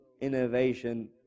innovation